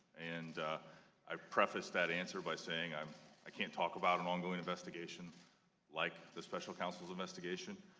and i prefaced that answer by saying i um i cannot talk about and ongoing investigations like the special counsel's investigation,